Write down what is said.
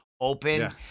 open